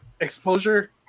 exposure